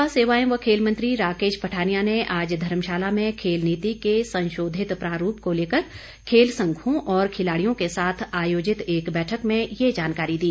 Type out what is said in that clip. युवा सेवाएं व खेल मंत्री राकेश पठानिया ने आज धर्मशाला में खेल नीति के संशोधित प्रारूप को लेकर खेल संघों और खिलाड़ियों के साथ आयोजित एक बैठक में ये जानकारी दी